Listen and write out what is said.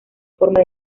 forma